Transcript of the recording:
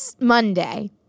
Monday